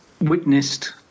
witnessed